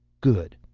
good!